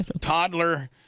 toddler